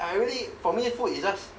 I really for me food is just